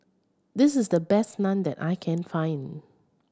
this is the best Naan that I can find